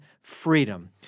freedom